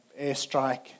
airstrike